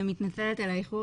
אני מתנצלת על האיחור.